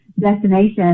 destination